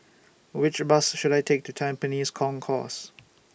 Which Bus should I Take to Tampines Concourse